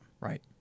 Right